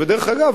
ודרך אגב,